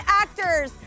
actors